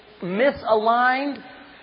misaligned